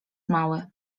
mały